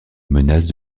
menace